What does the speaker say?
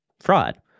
fraud